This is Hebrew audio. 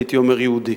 הייתי אומר "יהודי",